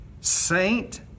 Saint